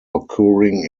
occurring